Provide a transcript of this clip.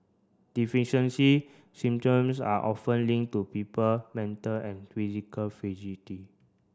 deficiency syndromes are often linked to people mental and physical